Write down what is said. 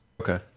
okay